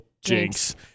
Jinx